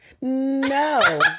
No